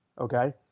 Okay